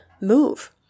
move